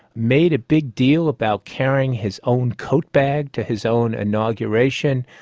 made a big deal about carrying his own coat bag to his own inauguration,